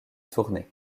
tournai